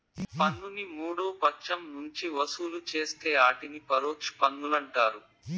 పన్నుని మూడో పచ్చం నుంచి వసూలు చేస్తే ఆటిని పరోచ్ఛ పన్నులంటారు